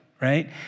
right